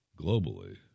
Globally